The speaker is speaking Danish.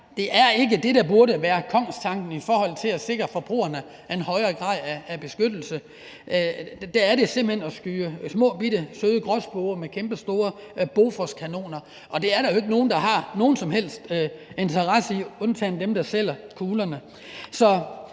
det er ikke det, der burde være kongstanken i forhold til at sikre forbrugerne en højere grad af beskyttelse. Det er simpelt hen at skyde små, bitte, søde gråspurve med kæmpestore Boforskanoner, og det er der jo ikke nogen der har nogen som helst interesse i, undtagen dem, der sælger kuglerne.